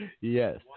Yes